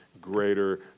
greater